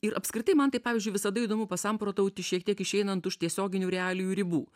ir apskritai man tai pavyzdžiui visada įdomu pasamprotauti šiek tiek išeinant už tiesioginių realijų ribų